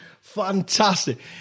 fantastic